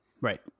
right